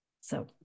So-